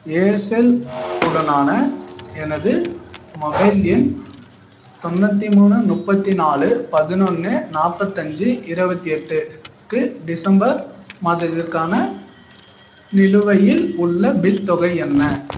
Aircel உடனான எனது mobile எண் தொண்ணூற்றி மூணு முப்பத்தி நாலு பதினொன்று நாற்பத்தஞ்சு இருவத்தி எட்டுக்கு டிசம்பர் மாதத்திற்கான நிலுவையில் உள்ள பில் தொகை என்ன